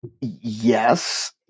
Yes